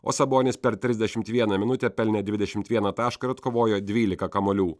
o sabonis per trisdešimt vieną minutę pelnė dvidešimt vieną tašką ir atkovojo dvylika kamuolių